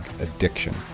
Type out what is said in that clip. addiction